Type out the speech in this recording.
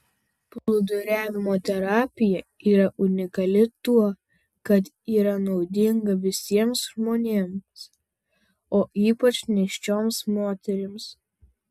plūduriavimo terapija yra unikali tuo kad yra naudinga visiems žmonėms o ypač nėščioms moterims